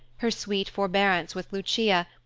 her sweet forbearance with lucia,